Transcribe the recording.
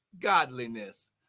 Godliness